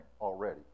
already